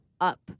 up